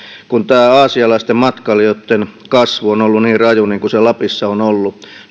kun tämä aasialaisten matkailijoitten kasvu on ollut niin raju niin kuin se lapissa on ollut